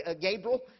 Gabriel